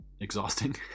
exhausting